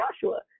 Joshua